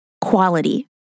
quality